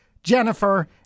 jennifer